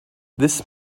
this